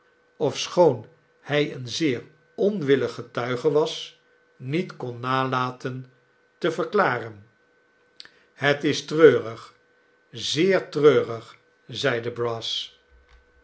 ofschoon hy een zeer onwillig getuige was niet kon nalaten te verklaren het is treurig zeer treurig zeide brass